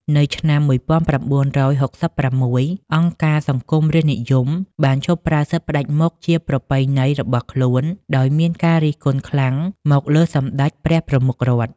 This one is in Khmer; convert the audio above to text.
នៅឆ្នាំ ១៩៦៦ អង្គការសង្គមរាស្ត្រនិយមបានឈប់ប្រើសិទ្ធិផ្តាច់មុខជាប្រពៃណីរបស់ខ្លួន ដោយមានការរិះគន់ខ្លាំងមកលើសម្ដេចព្រះប្រមុខរដ្ឋ។